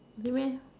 really meh